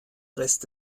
rest